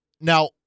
Now